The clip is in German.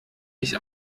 ich